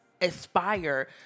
aspire